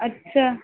अच्छा